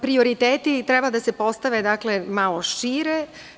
Prioriteti treba da se postave malo šire.